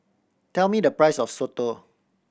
tell me the price of soto